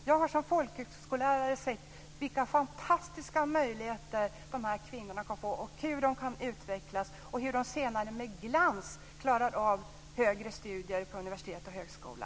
Jag har som folkhögskolelärare sett vilka fantastiska möjligheter de här kvinnorna har, hur de kan utvecklas och hur de senare med glans klarar av högre studier på universitet och högskola.